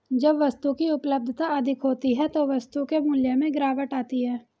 जब वस्तु की उपलब्धता अधिक होती है तो वस्तु के मूल्य में गिरावट आती है